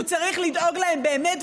הוא צריך לדאוג להן באמת,